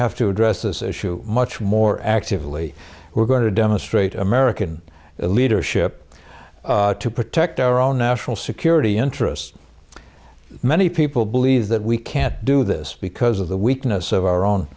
have to address this issue much more actively we're going to demonstrate american leadership to protect our own national security interests many people believe that we can't do this because of the weakness of our own